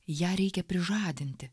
ją reikia prižadinti